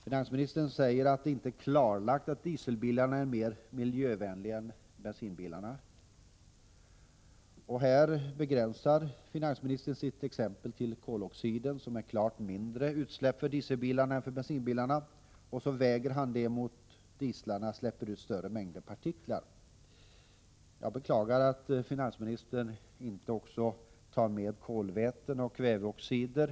Finansministern säger att det inte är klarlagt att dieselbilarna är mer miljövänliga än bensinbilarna. Här begränsar finansministern sitt exempel till koloxiden, där det är klart mindre utsläpp för dieselbilarna än för bensinbilarna, och väger det mot att dieslarna släpper ut större mängder partiklar. Jag beklagar att finansministern inte tar med kolväten och kväveoxider.